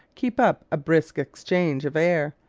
keep up a brisk exchange of air,